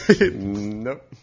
Nope